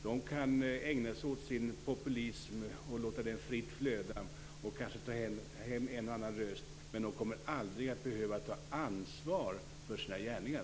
De kan ägna sig åt sin populism och få en och annan röst. Men de kommer aldrig att behöva ta ansvar för sina gärningar.